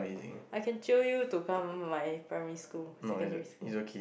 I can jio you to come my primary school secondary school